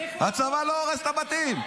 הצבא לא הורס את הבתים.